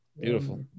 Beautiful